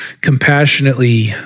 compassionately